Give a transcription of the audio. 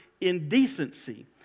indecency